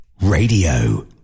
Radio